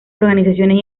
organizaciones